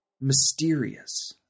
mysterious